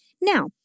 Now